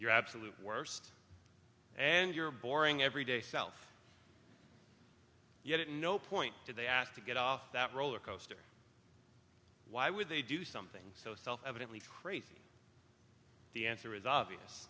your absolute worst and your boring every day self yet at no point did they ask to get off that roller coaster why would they do something so self evidently crazy the answer is obvious